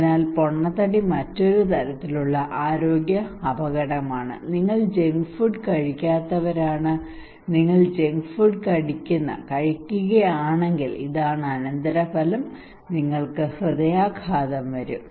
അതിനാൽ പൊണ്ണത്തടി മറ്റൊരു തരത്തിലുള്ള ആരോഗ്യ അപകടമാണ് നിങ്ങൾ ജങ്ക് ഫുഡ് കഴിക്കാത്തവരാണ് നിങ്ങൾ ജങ്ക് ഫുഡ് കഴിക്കുന്ന ജങ്ക് ഫുഡ് കഴിക്കുകയാണെങ്കിൽ ഇതാണ് അനന്തരഫലം നിങ്ങൾക്ക് ഹൃദയാഘാതം വരും